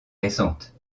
récentes